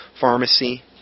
pharmacy